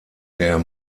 der